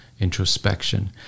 introspection